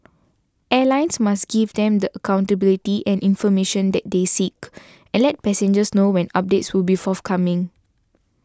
airlines must give them the accountability and information that they seek and let passengers know when updates will be forthcoming